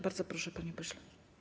Bardzo proszę, panie pośle.